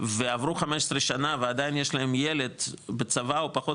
ועברו 15 שנה ועדיין יש להן ילד בצבא או פחות